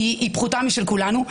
פחותה משל כולנו,